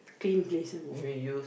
clean place some more